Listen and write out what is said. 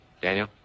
Daniel